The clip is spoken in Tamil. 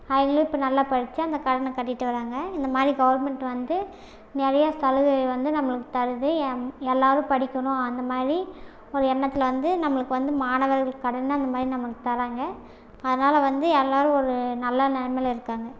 அதிலையும் இப்போ நல்லா படிச்சு அந்த கடனை கட்டிட்டு வராங்க இந்தமாதிரி கவர்மெண்ட் வந்து நிறையா சலுகை வந்து நம்மளுக்கு தருது எல்லோரும் படிக்கணும் அந்தமாதிரி ஒரு எண்ணத்தில் வந்து நம்மளுக்கு வந்து மாணவர்களுக்கு கடன் அந்தமாதிரி நம்மளுக்கு தராங்க அதனால் வந்து எல்லாரும் ஒரு நல்ல நிலமையில இருக்காங்க